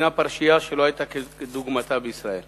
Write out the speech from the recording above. הנושא עובר לדיון